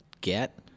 get